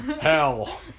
hell